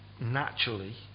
naturally